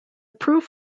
proof